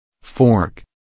Fork